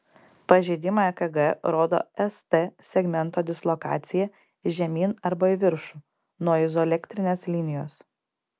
pažeidimą ekg rodo st segmento dislokacija žemyn arba į viršų nuo izoelektrinės linijos